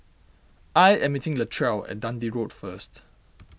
I am meeting Latrell at Dundee Road first